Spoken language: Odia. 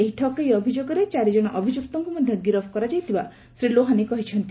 ଏହି ଠକେଇ ଅଭିଯୋଗରେ ଚାରିଜଣ ଅଭିଯୁକ୍ତଙ୍କୁ ମଧ୍ଧ ଗିରଫ କରାଯାଇଥିବା ଶ୍ରୀ ଲୋହାନୀ କହିଛନ୍ତି